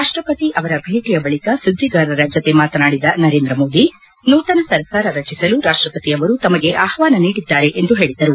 ರಾಷ್ಲಪತಿ ಅವರ ಭೇಟಿಯ ಬಳಿಕ ಸುದ್ದಿಗಾರರ ಜತೆ ಮಾತನಾಡಿದ ನರೇಂದ್ರ ಮೋದಿ ನೂತನ ಸರ್ಕಾರ ರಚಿಸಲು ರಾಷ್ಟಪತಿ ಅವರು ತಮಗೆ ಆಹ್ವಾನ ನೀಡಿದ್ದಾರೆ ಎಂದು ಹೇಳದರು